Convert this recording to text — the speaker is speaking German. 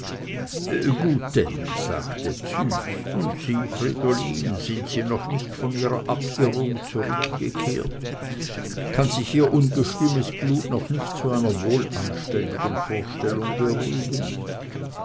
denn sagte züs und sie fridolin sind sie noch nicht von ihrer abirrung zurückgekehrt kann sich ihr ungestümes blut noch nicht zu einer wohlanständigen vorstellung beruhigen